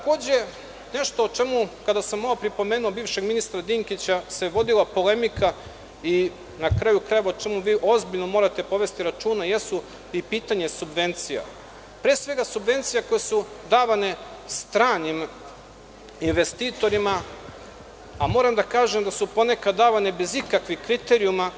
Kada sam pomenuo bivšeg ministra Mlađana Dinkića, vodila se polemika, na kraju krajeva, o čemu vi morate povesti računa jesu pitanja subvencija, pre svega subvencija koje su davane stranim investitorima, a moram da kažem da su ponekad davane bez ikakvih kriterijuma.